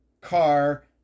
car